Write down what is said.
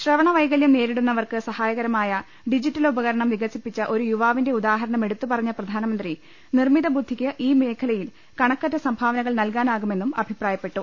ശ്രവണവൈകല്യം നേരിടുന്നവർക്ക് സഹായകമായ digital ഉപകരണം വികസിപ്പിച്ച ഒരു യുവാവിന്റെ ഉദാഹരണം എടുത്തുപറഞ്ഞ പ്രധാനമന്ത്രി നിർമ്മിതബു ദ്ധിക്ക് ഈ മേഖലയിൽ കണക്കറ്റ സംഭാവനകൾ നൽകാനാ കുമെന്നും അഭിപ്രായപ്പെട്ടു